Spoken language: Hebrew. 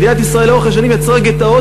מדינת ישראל לאורך השנים יצרה גטאות